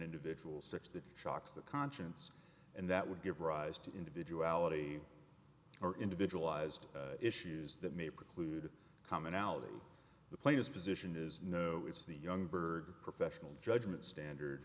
individual six that shocks the conscience and that would give rise to individuality or individualized issues that may preclude commonality the players position is no it's the young bird professional judgment standard